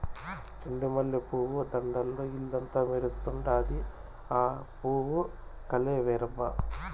చెండు మల్లె పూల దండల్ల ఇల్లంతా మెరుస్తండాది, ఆ పూవు కలే వేరబ్బా